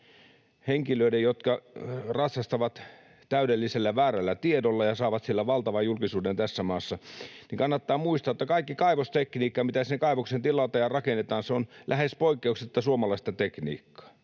henkilöiden, jotka ratsastavat täydellisen väärällä tiedolla ja saavat sillä valtavan julkisuuden tässä maassa, muistaa, että kaikki kaivostekniikka, mitä sinne kaivokseen tilataan ja rakennetaan, on lähes poikkeuksetta suomalaista tekniikkaa.